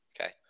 Okay